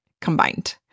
combined